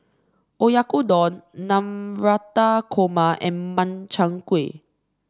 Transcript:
Oyakodon Navratan Korma and Makchang Gui